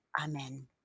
Amen